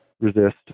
resist